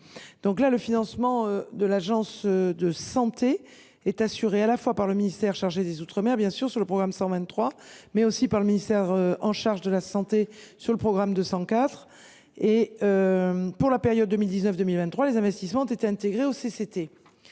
sociale. Le financement de l’agence de santé est assuré à la fois par le ministère chargé des outre mer, bien sûr, par le biais des crédits du programme 123, mais aussi par le ministère chargé de la santé le programme 204. Pour la période 2019 2023, les investissements ont été intégrés aux